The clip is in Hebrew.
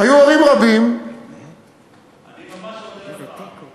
היו הורים רבים, אני ממש אודה לך.